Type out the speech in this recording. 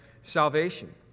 salvation